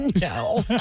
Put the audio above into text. No